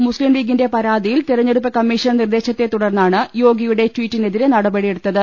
മുസ്ലീം ലീഗിന്റെ പരാതിയിൽ തെരഞ്ഞെടുപ്പ് കമ്മീഷൻ നിർദേ ശത്തെ തുടർന്നാണ് യോഗിയുടെ ട്വീറ്റിനെതിരെ നടപടിയെടു ത്തത്